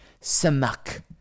Samak